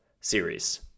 series